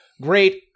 great